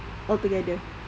all together